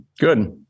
good